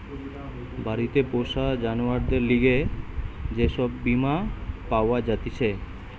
বাড়িতে পোষা জানোয়ারদের লিগে যে সব বীমা পাওয়া জাতিছে